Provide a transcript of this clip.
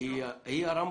היא הרמבו?